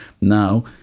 Now